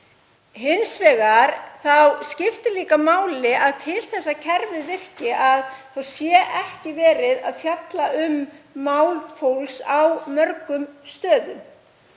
Hins vegar skiptir líka máli að til þess að kerfið virki sé ekki verið að fjalla um mál fólks á mörgum stöðum,